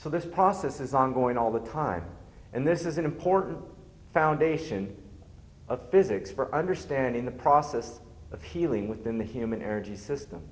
so this process is ongoing all the time and this is an important foundation of physics for understanding the process of healing within the human energy system